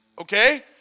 Okay